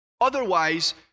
Otherwise